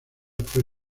fue